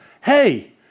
hey